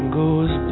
goes